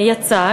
יצא,